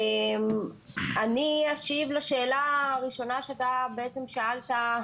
אני אשיב לשאלה הראשונה ששאלת,